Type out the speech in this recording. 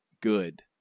good